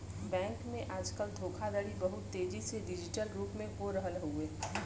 bank में आजकल धोखाधड़ी बहुत तेजी से डिजिटल रूप में हो रहल हउवे